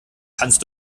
kannst